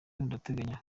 ndateganya